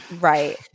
Right